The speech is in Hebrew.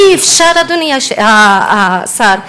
אדוני השר,